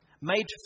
made